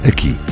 Aqui